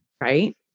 right